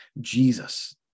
Jesus